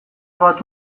bat